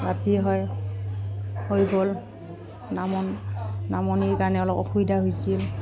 ৰাতি হয় হৈ গ'ল নামন নামনিৰ কাৰণে অলপ অসুবিধা হৈ হৈছিল